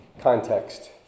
context